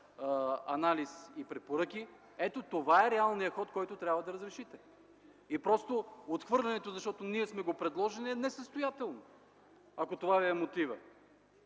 анализ и препоръки – ето, това е реалният ход, който трябва да разрешите. И просто отхвърлянето, защото ние сме го предложили, е несъстоятелно, ако това ви е мотивът.